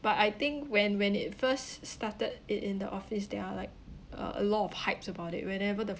but I think when when it first started i~ in the office there are like a lot of hypes about it whenever the